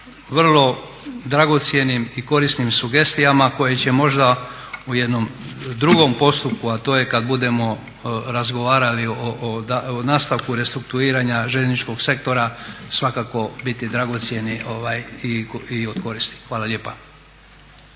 vrlo dragocjenim i korisnim sugestijama koji će možda u jednom drugom postupku, a to je kada budemo razgovarali o nastavu restrukturiranja željezničkog sektora svakako biti dragocjeni i od koristi. Hvala lijepa.